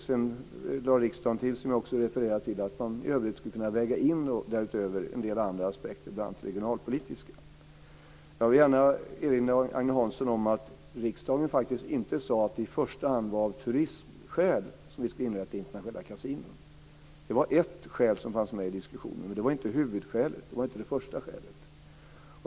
Sedan lade riksdagen till att det går att lägga in en del andra aspekter, bl.a. regionalpolitiska. Jag vill gärna erinra Agne Hansson om att riksdagen inte sade att det i första hand var av turistskäl som internationella kasinon ska inrättas. Det var ett skäl som fanns med i diskussionen, men det var inte huvudskälet.